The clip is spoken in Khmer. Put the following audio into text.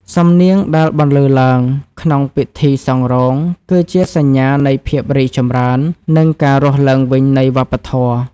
សំនៀងដែលបន្លឺឡើងក្នុងពិធីសង់រោង គឺជាសញ្ញានៃភាពរីកចម្រើន និងការរស់ឡើងវិញនៃវប្បធម៌។